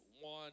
one